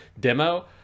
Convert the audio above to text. demo